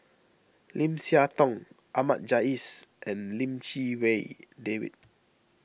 Lim Siah Tong Ahmad Jais and Lim Chee Wai David